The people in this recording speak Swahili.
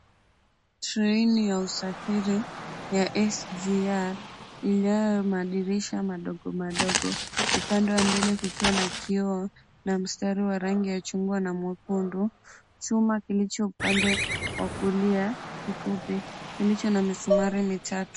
Treni ya usafiri ya SGR inayo madirisha madogomadogo, upande wa mbele kukiwa na kioo na mstari wa chungwa na mwekundu, chuma kilicho upande wa kulia kifupi kilicho na misumari mitatu.